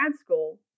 school